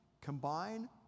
combine